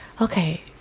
okay